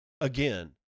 again